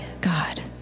God